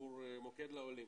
עבור מוקד לעולים,